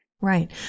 Right